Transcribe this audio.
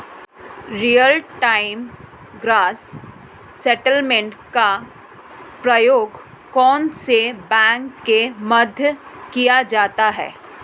Real time gross settlement का प्रयोग कौन से बैंकों के मध्य किया जाता है?